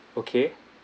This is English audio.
okay